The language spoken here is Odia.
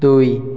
ଦୁଇ